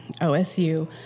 OSU